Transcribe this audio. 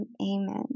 amen